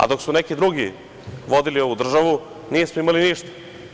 Dok su neki drugi vodili ovu državu nismo imali ništa.